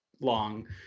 long